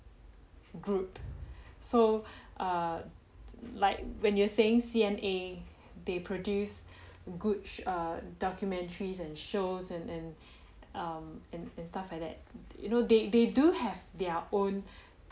group so err like when you're saying C_N_A they produce good sh~ err documentaries and shows and and um and and stuff like that you know they they do have their own